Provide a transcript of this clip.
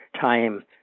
time